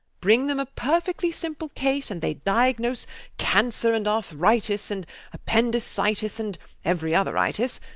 bring them a perfectly simple case and they diagnose cancer, and arthritis, and appendicitis, and every other itis,